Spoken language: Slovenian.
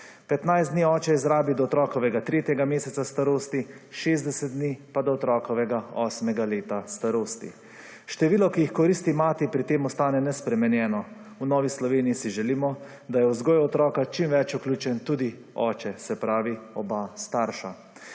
15 dni oče izrabi do otrokovega 3 meseca starosti, 60 dni pa do otrokovega 8 leta starosti. Število, ki jih koristi mati pri tem ostane nespremenjen. V Novi Sloveniji si želimo, da je v vzgoji otroka čim več vključen tudi oče se pravi oba starša.